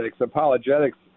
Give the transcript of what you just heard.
Apologetics